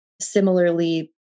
similarly